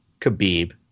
Khabib